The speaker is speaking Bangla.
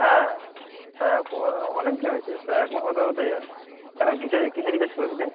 হ্যাঁ হ্যাঁ অনেক দিন হয়েছে প্রায় এক মাস হতে হতে যায় কেন কীসের কীসে রিচার্জ করবি তুই